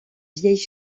vieille